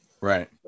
Right